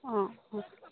অঁ অঁ